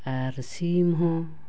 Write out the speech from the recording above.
ᱟᱨ ᱥᱤᱢ ᱦᱚᱸ